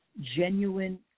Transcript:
genuine